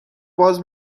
باز